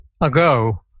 ago